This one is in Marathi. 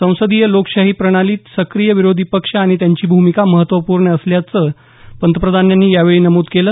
संसदीय लोकशाही प्रणालीत सक्रीय विरोधी पक्ष आणि त्यांची भूमिका महत्वपूर्ण असल्याचंही पंतप्रधानांनी यावेळी नमुद केलं